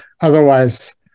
Otherwise